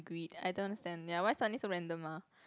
agreed I don't understand ya why suddenly so random ah